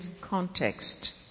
context